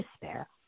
despair